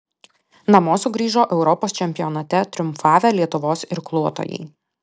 namo sugrįžo europos čempionate triumfavę lietuvos irkluotojai